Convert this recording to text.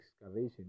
excavation